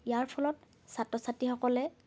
ইয়াৰ ফলত ছাত্ৰ ছাত্ৰীসকলে